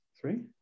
Three